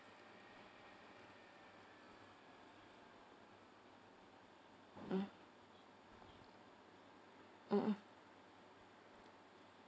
mm mmhmm